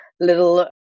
little